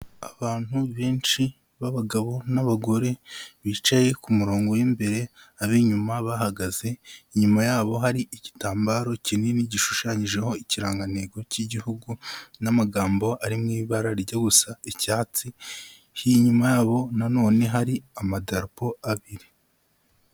Abantu benshi b'abagabo n'abagore bicaye ku murongo w'imbere ab'inyuma bahagaze, inyuma yabo hari igitambaro kinini gishushanyijeho ikirangantego cy'igihugu n'amagambo ari mu ibara rijya gusa icyatsi, inyuma yabo nanone hari amadarapo abiri.